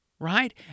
Right